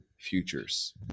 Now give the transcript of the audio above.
futures